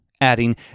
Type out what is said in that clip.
adding